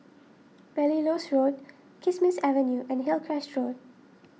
Belilios Road Kismis Avenue and Hillcrest Road